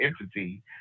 entity